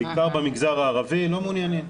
זה בעיקר במגזר הערבי, הם לא מעוניינים.